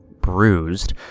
bruised